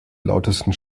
lautesten